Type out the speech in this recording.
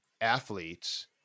athletes